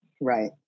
Right